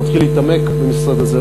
מתחיל להתעמק במשרד הזה,